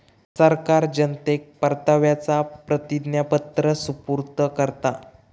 सरकार जनतेक परताव्याचा प्रतिज्ञापत्र सुपूर्द करता